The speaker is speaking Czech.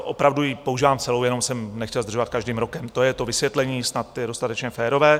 Opravdu ji používám celou, jenom jsem nechtěl zdržovat každým rokem, to je to vysvětlení, snad je dostatečně férové.